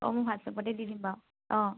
অঁ মোৰ হোৱাটচএপতে দি দিম বাৰু অঁ